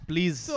Please